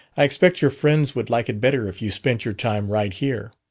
i expect your friends would like it better if you spent your time right here.